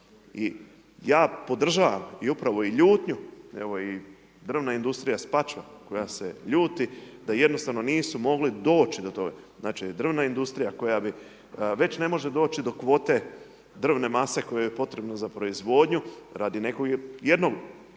I ja podržavam i upravo i ljutnju evo i državna industrija Spačva koja se ljuti da jednostavno nisu mogli doći do toga. Znači državna industrija koja bi, već ne može doći do kvote drvne mase koja joj je potrebna za proizvodnju radi jednog